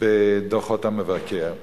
בדוחות המבקר.